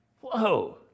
Whoa